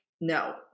No